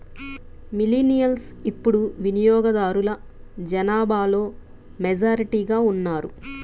millennials ఇప్పుడు వినియోగదారుల జనాభాలో మెజారిటీగా ఉన్నారు